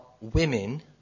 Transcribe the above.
women